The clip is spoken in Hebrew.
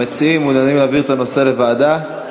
המציעים מעוניינים להעביר את הנושא לוועדה?